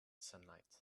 sunlight